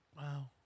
Wow